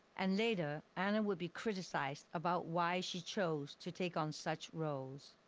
and later anna would be criticized about why she chose to take on such roles.